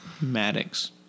Maddox